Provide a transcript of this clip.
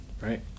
right